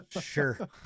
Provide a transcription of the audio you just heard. Sure